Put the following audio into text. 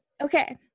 okay